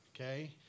okay